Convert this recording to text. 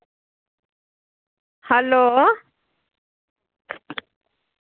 hello